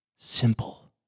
Simple